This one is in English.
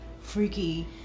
freaky